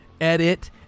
edit